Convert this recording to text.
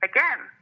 Again